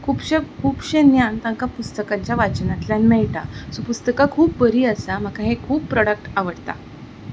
खुबश्यो खुबशें ज्ञान तांकां पुस्तकांच्या वाचनांतल्यान मेळटा सो पुस्तकां खूब बरीं आसा म्हाका हे खूब प्रॉडक्ट आवडटा